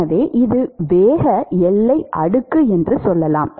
எனவே இதுவே வேக எல்லை அடுக்கு என்று சொல்லலாம்